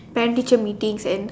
parent teacher meetings and